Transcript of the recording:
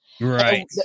right